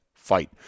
fight